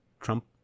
Trump